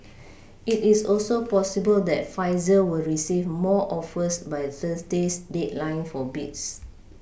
it is also possible that Pfizer will receive more offers by Thursday's deadline for bids